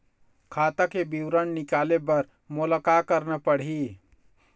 खाता के विवरण निकाले बर मोला का करना पड़ही?